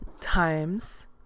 times